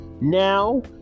Now